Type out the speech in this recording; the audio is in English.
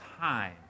time